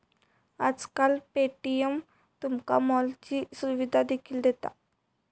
आजकाल पे.टी.एम तुमका मॉलची सुविधा देखील दिता